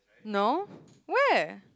no where